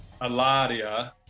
Alaria